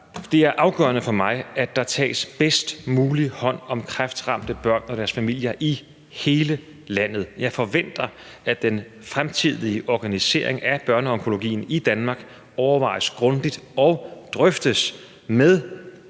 Det er afgørende for mig, at der tages bedst muligt hånd om kræftramte børn og deres familier i hele landet. Jeg forventer, at den fremtidige organisering af børneonkologien i Danmark overvejes grundigt og drøftes med